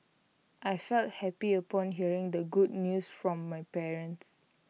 I felt happy upon hearing the good news from my parents